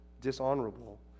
dishonorable